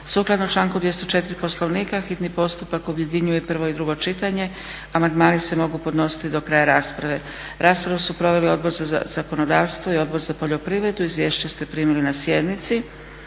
Sukladno članku 204. Poslovnika hitni postupak objedinjuje prvo i drugo čitanje. Amandmani se mogu podnositi do kraja rasprave. Raspravu su proveli Odbor za zakonodavstvo i Odbor za poljoprivredu. Izvješća ste primili na sjednici.